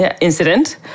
incident